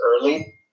early